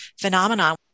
phenomenon